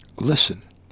listen